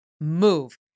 move